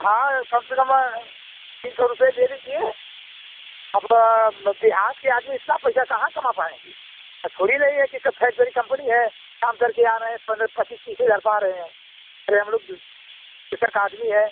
हाँ कम से कम तीन सौ रुपए ले लीजिए अब देहात के आदमी इतना पैसा कहाँ कमा पाएँगे थोड़ी नहीं है कि फैक्टरी कम्पनी है काम करके आ रहे हैं पन्द्रह पच्चीस तीस हजार पा रहे हैं अरे हम लोग कृषक आदमी हैं